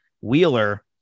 Wheeler –